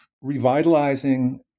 revitalizing